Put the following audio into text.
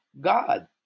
god